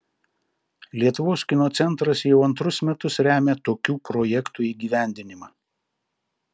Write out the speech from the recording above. lietuvos kino centras jau antrus metus remia tokių projektų įgyvendinimą